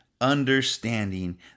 understanding